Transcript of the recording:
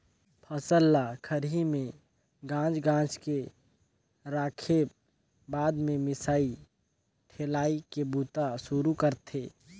फसल ल खरही में गांज गांज के राखेब बाद में मिसाई ठेलाई के बूता सुरू करथे